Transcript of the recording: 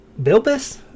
Bilbis